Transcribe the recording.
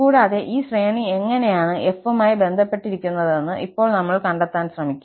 കൂടാതെ ഈ ശ്രേണി എങ്ങനെയാണ് f മായി ബന്ധപ്പെട്ടിരിക്കുന്നതെന്ന് ഇപ്പോൾ നമ്മൾ കണ്ടെത്താൻ ശ്രമിക്കും